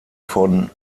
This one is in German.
von